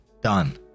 done